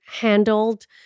handled